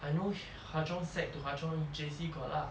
I know hwa chong sec to hwa chong J_C got lah